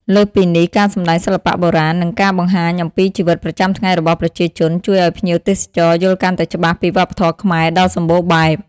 លើសពីនេះ ការសម្តែងសិល្បៈបុរាណ និងការបង្ហាញអំពីជីវិតប្រចាំថ្ងៃរបស់ប្រជាជន ជួយឲ្យភ្ញៀវទេសចរយល់កាន់តែច្បាស់ពីវប្បធម៌ខ្មែរដ៏សម្បូរបែប។